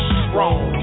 strong